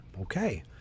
Okay